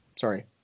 sorry